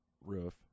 roof